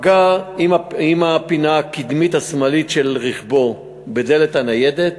פגע עם הפינה הקדמית השמאלית של רכבו בדלת הניידת,